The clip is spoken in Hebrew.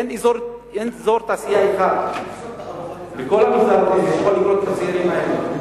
אין אזור תעשייה אחד לכל המגזר שיכול לקלוט את הצעירים האלה.